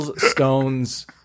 Stones